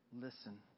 listen